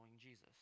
Jesus